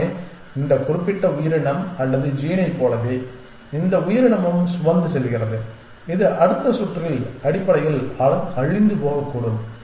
வெறுமனே இந்த குறிப்பிட்ட உயிரினம் அல்லது ஜீனைப் போலவே இந்த உயிரினமும் சுமந்து செல்கின்றது இது அடுத்த சுற்றில் அடிப்படையில் அழிந்து போகக்கூடும்